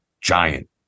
giant